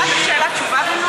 איזה סוף דברי?